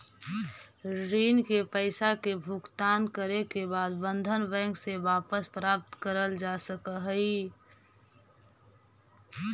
ऋण के पईसा के भुगतान करे के बाद बंधन बैंक से वापस प्राप्त करल जा सकऽ हई